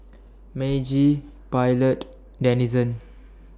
Meiji Pilot Denizen